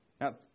Now